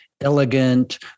elegant